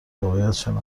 واقعیتشان